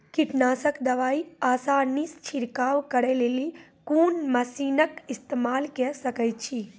कीटनासक दवाई आसानीसॅ छिड़काव करै लेली लेल कून मसीनऽक इस्तेमाल के सकै छी?